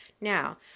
Now